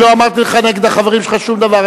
לא אמרתי לך נגד החברים שלך שום דבר.